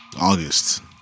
August